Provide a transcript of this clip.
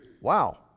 Wow